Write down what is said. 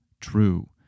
true